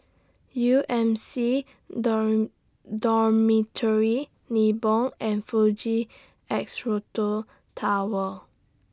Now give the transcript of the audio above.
U M C Dormitory Nibong and Fuji Tower